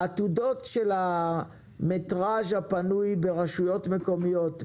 העתודות של המטרז' הפנוי ברשויות מקומיות,